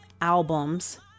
albums